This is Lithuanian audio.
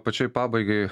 pačiai pabaigai